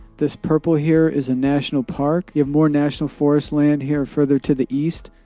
this purple here is a national park. you have more national forest land, here, further to the east.